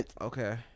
Okay